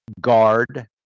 Guard